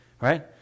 Right